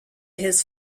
his